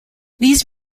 these